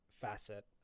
facet